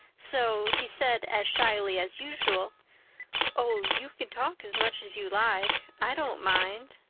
so he said as shyly as usual oh, you can talk as much as you like. i don't mind.